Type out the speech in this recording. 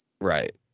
right